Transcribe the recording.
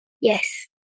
Yes